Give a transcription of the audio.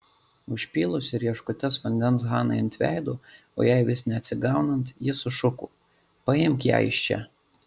užpylusi rieškutes vandens hanai ant veido o jai vis neatsigaunant ji sušuko paimk ją iš čia